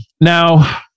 Now